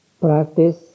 practice